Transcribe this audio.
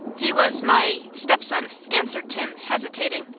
he was my stepson, answered tim, hesitating.